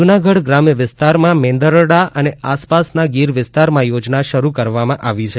જૂનાગઢ ગ્રામ્ય વિસ્તારમાં મેંદરડા અને આસપાસના ગીર વિસ્તારમાં યોજના શરૂ કરવામાં આવી છે